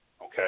Okay